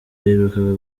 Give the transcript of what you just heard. yaherukaga